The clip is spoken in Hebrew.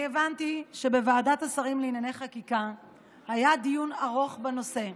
אני הבנתי שבוועדת השרים לענייני חקיקה היה דיון ארוך בנושא.